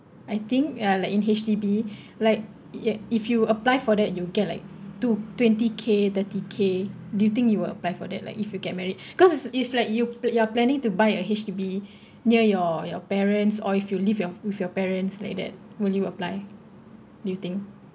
I think ya like in H_D_B like you if you apply for that you get like two twenty K thirty K do you think you will apply for that like if you get married cause if like you you're planning to buy a H_D_B near your your parents or if you live your with your parents like that will you apply do you think